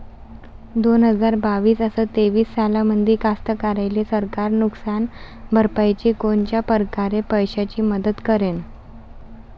दोन हजार बावीस अस तेवीस सालामंदी कास्तकाराइले सरकार नुकसान भरपाईची कोनच्या परकारे पैशाची मदत करेन?